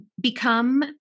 become